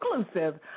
exclusive